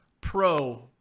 pro